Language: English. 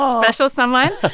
special someone.